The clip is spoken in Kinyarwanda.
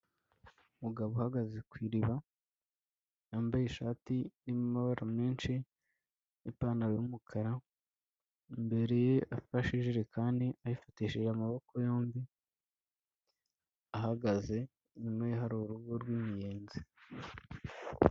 Umugabo uhagaze ku iriba yambaye ishati irimo amabara menshi n'ipantaro y'umukara. Imbere ye afashe ijerekani ayifatishije amaboko yombi, ahagaze inyuma ye hari urugo rw'imiyenzi.